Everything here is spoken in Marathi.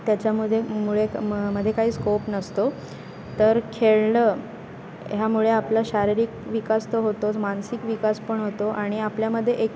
त्याच्यामध्ये मुळे मग मध्ये काही स्कोप नसतो तर खेळलं ह्यामुळे आपला शारीरिक विकास तर होतोच मानसिक विकास पण होतो आणि आपल्यामध्ये एक